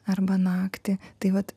arba naktį tai vat